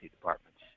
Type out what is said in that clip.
departments